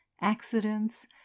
accidents